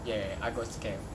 ya I got scam